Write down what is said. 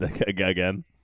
again